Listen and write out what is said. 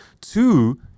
Two